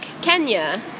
Kenya